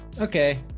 Okay